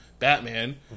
Batman